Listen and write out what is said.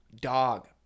dog